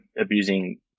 abusing